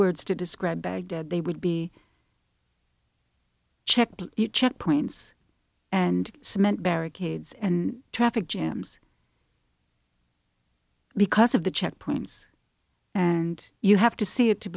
words to describe baghdad they would be check checkpoints and cement barricades and traffic jams because of the checkpoints and you have to see it to